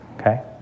okay